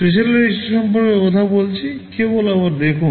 special REGISTER সম্পর্কে কথা বলছি কেবল আবার দেখুন